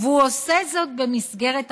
והוא עושה זאת במסגרת החברה.